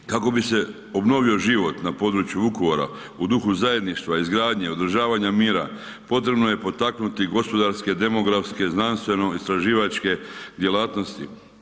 Kako bi se obnovio život na području Vukovara u dugu zajedništva, izgradnje, održavanja mira, potrebno je potaknuti gospodarske, demografske, znanstveno-istraživačke djelatnosti.